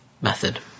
method